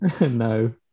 No